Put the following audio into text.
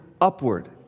Upward